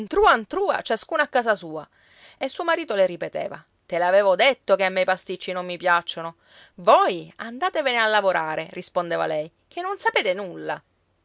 ntrua ntrua ciascuno a casa sua e suo marito le ripeteva te l'avevo detto che a me i pasticci non mi piacciono voi andatevene a lavorare rispondeva lei che non sapete nulla